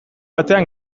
batean